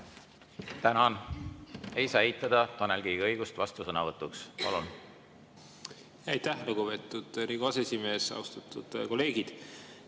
Tänan! Ei saa eitada Tanel Kiige õigust vastusõnavõtuks. Palun!